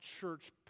church